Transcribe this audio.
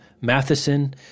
Matheson